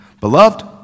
Beloved